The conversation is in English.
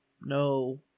no